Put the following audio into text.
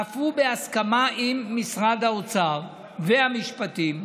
אף הוא בהסכמה עם משרד האוצר ומשרד המשפטים,